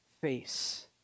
face